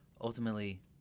Ultimately